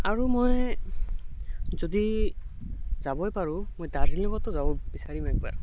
আৰু মই যদি যাবই পাৰোঁ মই দাৰ্জিলিঙতো যাব বিচাৰিম এবাৰ